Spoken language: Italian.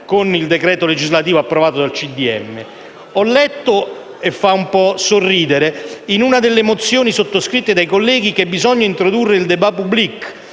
con il decreto legislativo approvato dal Consiglio dei ministri. Ho letto - e fa un po' sorridere - in una delle mozioni sottoscritte dai colleghi che bisogna introdurre il *débat publique*,